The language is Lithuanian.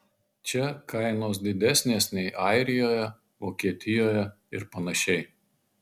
čia kainos didesnės nei airijoje vokietijoje ir panašiai